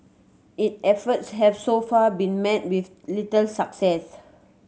it efforts have so far been met with little success